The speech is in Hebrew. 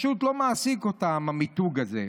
פשוט לא מעסיק אותם המיתוג הזה.